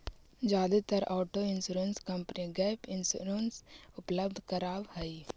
जादेतर auto insurance company gap insurance उपलब्ध करावऽ हई